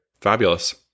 Fabulous